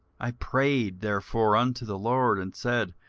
i prayed therefore unto the lord, and said,